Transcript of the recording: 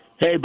Hey